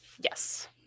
Yes